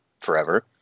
forever